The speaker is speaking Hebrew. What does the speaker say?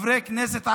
חברי הכנסת הערבים,